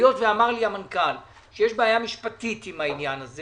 היות ואמר לי המנכ"ל שיש בעיה משפטית עם העניין הזה.